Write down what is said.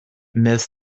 miss